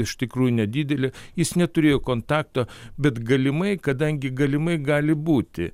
iš tikrųjų nedidelė jis neturėjo kontakto bet galimai kadangi galimai gali būti